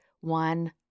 one